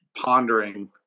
Pondering